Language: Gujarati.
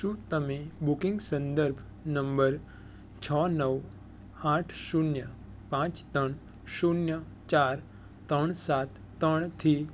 શું તમે બુકિંગ સંદર્ભ નંબર છ નવ આઠ શૂન્ય પાંચ ત્રણ શૂન્ય ચાર ત્રણ સાત ત્રણથી